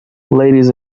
ladies